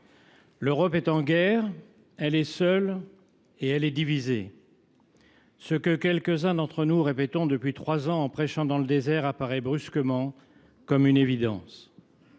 L’Europe est en guerre, elle est seule et elle est divisée. Ce que quelques uns d’entre nous répètent depuis trois ans en prêchant dans le désert apparaît brusquement comme une évidence.